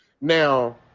Now